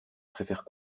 préfères